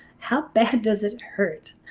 how bad does it hurt?